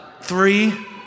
three